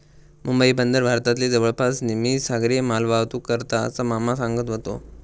मुंबई बंदर भारतातली जवळपास निम्मी सागरी मालवाहतूक करता, असा मामा सांगत व्हतो